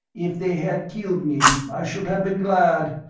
if they had killed me i should have been glad,